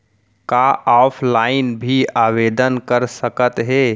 का ऑफलाइन भी आवदेन कर सकत हे?